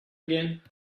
again